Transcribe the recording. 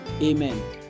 Amen